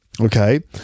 Okay